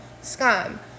Scum